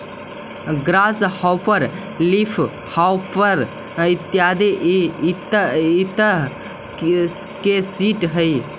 grass hopper leafhopper इत्यादि इ तरह के सीट हइ